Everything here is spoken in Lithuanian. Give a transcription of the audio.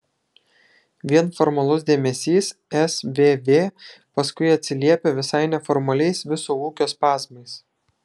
vien formalus dėmesys svv paskui atsiliepia visai neformaliais viso ūkio spazmais